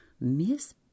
Miss